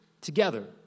together